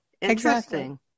Interesting